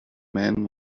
man